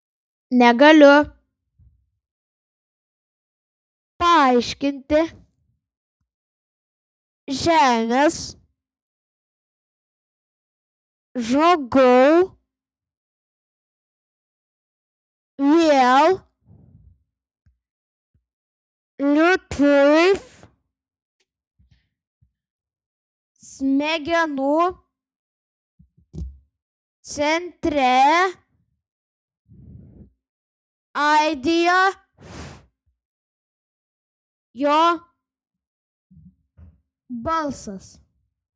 negaliu paaiškinti žemės žmogau vėl lėtai smegenų centre aidėjo jo balsas